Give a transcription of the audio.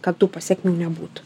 kad tų pasekmių nebūtų